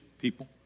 people